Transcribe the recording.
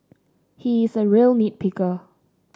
he is a real nit picker